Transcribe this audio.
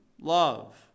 love